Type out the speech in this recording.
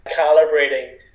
calibrating